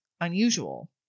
unusual